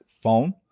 phone